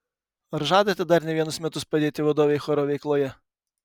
ar žadate dar ne vienus metus padėti vadovei choro veikloje